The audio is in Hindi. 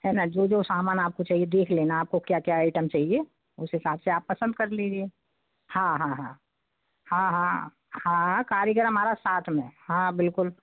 है न जो जो सामान आपको चाहिए देख लेना आपको क्या क्या आइटम चाहिए उस हिसाब से आप पसंद कर लीजिए हाँ हाँ हाँ हाँ हाँ हाँ कारीगर हमारा साथ में है हाँ बिल्कुल